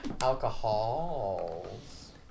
alcohols